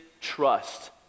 trust